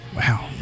wow